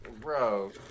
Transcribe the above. Bro